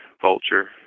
Vulture